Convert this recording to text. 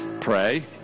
pray